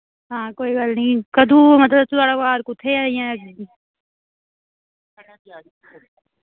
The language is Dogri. हां कोई गल्ल नी कदू मतलब थुआढ़ा कुत्थै ऐ इ'यां